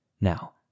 Now